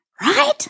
Right